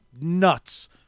nuts